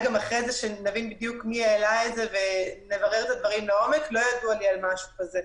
אשמח לבדוק את הפרטים ולברר לעומק אבל לא ידוע על משהו כזה.